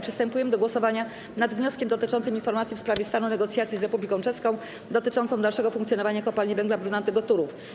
Przystępujemy do głosowania nad wnioskiem dotyczącym informacji w sprawie stanu negocjacji z Republiką Czeską dotyczących dalszego funkcjonowania Kopalni Węgla Brunatnego Turów.